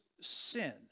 sin